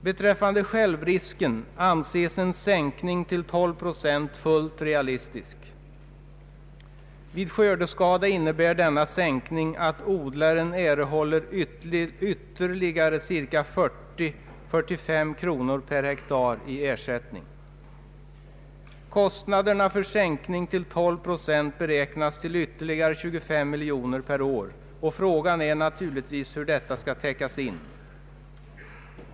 Beträffande självrisken anses en sänkning till 12 procent fullt realistisk. Vid skördeskada innebär denna sänkning att odlaren erhåller ytterligare cirka 40—43 kronor per hektar i ersättning. Kostnaden för sänkning till 12 procent beräknas till ytterligare 25 miljoner kronor per år, och frågan är naturligtvis hur detta skall täckas in.